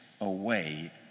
away